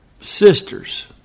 sisters